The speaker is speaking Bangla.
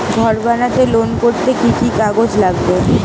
ঘর বানাতে লোন করতে কি কি কাগজ লাগবে?